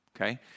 okay